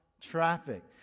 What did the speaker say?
traffic